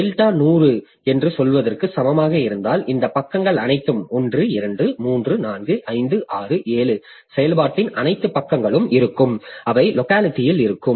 delta 100 என்று சொல்வதற்கு சமமாக இருந்தால் இந்த பக்கங்கள் அனைத்தும் 1 2 3 4 5 6 7 செயல்பாட்டின் அனைத்து பக்கங்களும் இருக்கும் அவை லோக்காலிட்டில் இருக்கும்